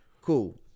Cool